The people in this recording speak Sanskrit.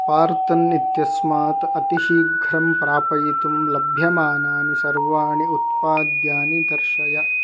स्पार्तन् इत्यस्मात् अतिशीघ्रं प्रापयितुं लभ्यमानानि सर्वाणि उत्पाद्यानि दर्शय